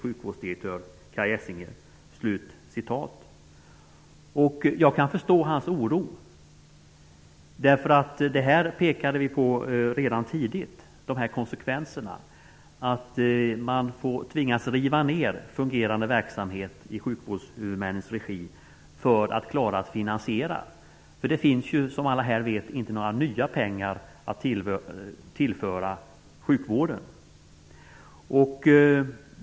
Jag kan förstå hans oro. Dessa konsekvenser pekade vi på redan tidigt. Man tvingas riva ner fungerande verksamhet i sjukvårdshuvudmännens regi för att klara av finansieringen. Som alla vet finns det ju inte några nya pengar att tillföra sjukvården.